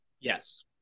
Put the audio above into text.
Yes